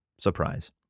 surprise